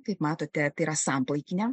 kaip matote tai yra samplaikinė